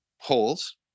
holes